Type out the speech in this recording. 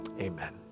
amen